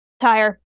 Tire